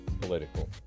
political